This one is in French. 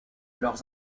leurs